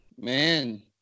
Man